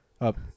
up